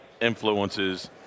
influences –